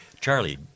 Charlie